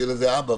שיהיה לזה אבא,